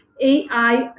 AI